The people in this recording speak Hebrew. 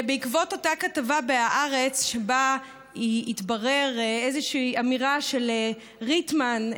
בעקבות אותה כתבה בהארץ שבה התבררה איזושהי אמירה של ריטמן,